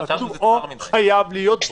אבל כתוב "או חייב להיות בו"?